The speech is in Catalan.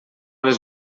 les